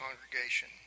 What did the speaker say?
congregation